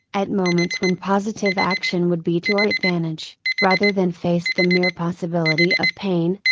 at moments when positive action would be to our advantage, rather than face the mere possibility of pain,